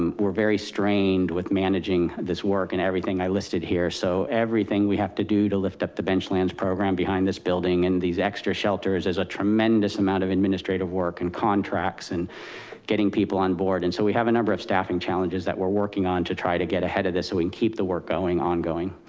um we're very strained with managing this work and everything i listed here. so everything we have to do to lift up the bench lands program behind this building and these extra shelters, there's a tremendous amount of administrative work and contracts and getting people on board. and so we have a number of staffing challenges that we're working on to try to get ahead of this so we can keep the work going ongoing.